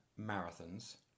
marathons